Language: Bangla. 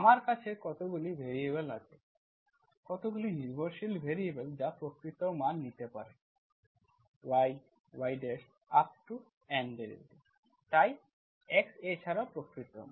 আমার কাছে কতগুলি ভ্যারিয়েবল আছে কতগুলি নির্ভরশীল ভ্যারিয়েবল যা প্রকৃত মান নিতে পারে yyyn তাই FRn1 ×R→R এছাড়াও প্রকৃত মান